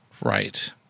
Right